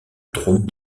drôme